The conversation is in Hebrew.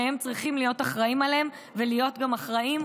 והם צריכים להיות אחראים להם ולהיות גם אחראים,